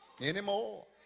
anymore